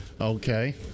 Okay